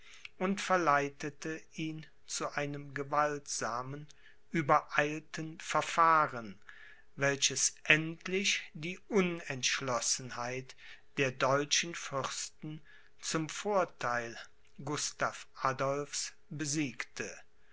und verleitete ihn zu einem gewaltsamen übereilten verfahren welches endlich die unentschlossenheit der deutschen fürsten zum vortheil gustav adolphs besiegte